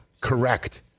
correct